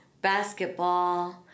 basketball